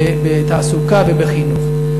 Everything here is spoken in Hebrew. בתעסוקה ובחינוך.